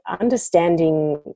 understanding